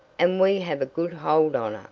and we have a good hold on her.